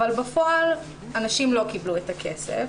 אבל בפועל אנשים לא קיבלו את הכסף.